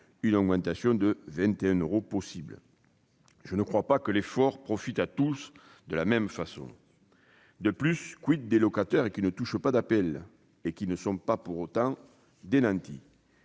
pourra être de 21 euros. Je ne crois pas que l'effort profite à tous de la même façon. De plus, des locataires qui ne touchent pas d'APL et qui ne sont pas pour autant des nantis ?